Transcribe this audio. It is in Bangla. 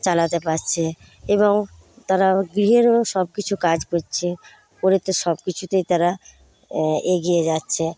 চালাতে পারছে এবং তারা গৃহেরও সবকিছু কাজ করছে করে তো সবকিছুতেই তারা এগিয়ে যাচ্ছে